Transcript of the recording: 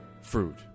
fruit